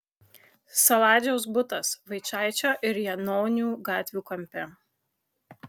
saladžiaus butas vaičaičio ir janonių gatvių kampe